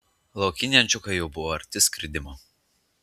laukiniai ančiukai jau buvo arti skridimo